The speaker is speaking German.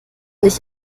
dich